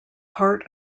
part